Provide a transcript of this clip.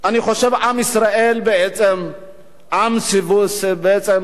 עם שסבל כל כך הרבה שנים,